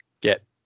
get